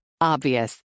obvious